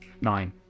nine